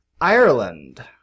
Ireland